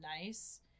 nice